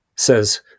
says